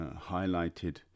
highlighted